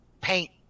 paint